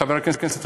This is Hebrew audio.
חבר הכנסת ריבלין,